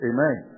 Amen